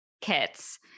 kits